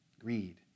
Greed